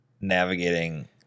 navigating